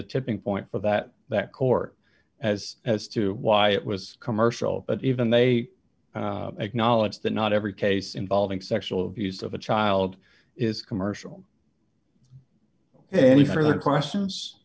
the tipping point for that that court as as to why it was commercial but even they acknowledge that not every case involving sexual abuse of a child is commercial any further questions